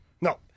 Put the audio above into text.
No